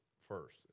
first